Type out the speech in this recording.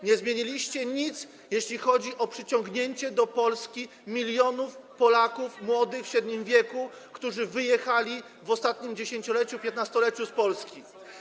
Nie zmieniliście nic, jeśli chodzi o przyciągnięcie do Polski milionów Polaków, młodych, w średnim wieku, którzy wyjechali w ostatnim 10-, 15-leciu z Polski.